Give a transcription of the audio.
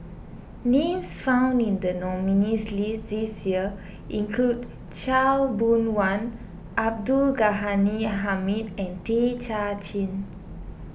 names found in the nominees' list this year include Khaw Boon Wan Abdul Ghani Hamid and Tay Kay Chin